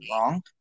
wrong